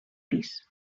pis